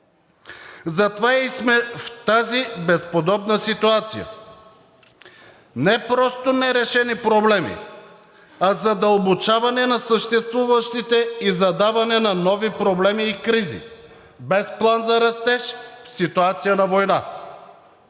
затова и сме в тази безподобна ситуация. Не просто нерешени проблеми, а задълбочаване на съществуващите и задаване на нови проблеми и кризи без план за растеж в ситуация на война.